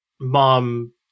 mom